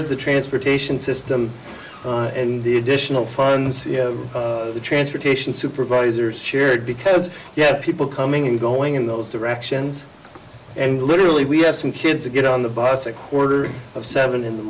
as the transportation system and the additional funds the transportation supervisors shared because you have people coming and going in those directions and literally we have some kids who get on the bus a quarter of seven in the